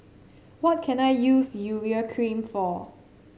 what can I use Urea Cream for